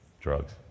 drugs